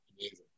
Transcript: Amazing